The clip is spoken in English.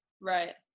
Right